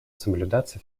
соблюдаться